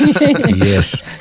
yes